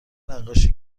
نقاشی